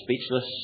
speechless